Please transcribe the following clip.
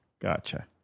Gotcha